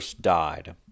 died